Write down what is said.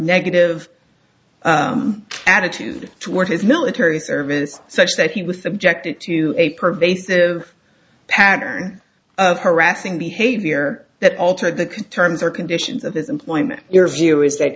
negative attitude toward his military service such that he was subjected to a pervasive pattern of harassing behavior that altered the can terms or conditions of his employment your view is that